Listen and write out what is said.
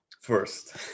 first